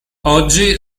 oggi